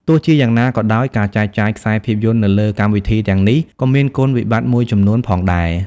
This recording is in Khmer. ទោះជាយ៉ាងណាក៏ដោយ ការចែកចាយខ្សែភាពយន្តនៅលើកម្មវិធីទាំងនេះក៏មានគុណវិបត្តិមួយចំនួនផងដែរ។